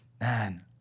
man